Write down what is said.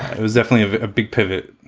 it was definitely a big pivot,